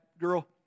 girl